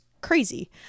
crazy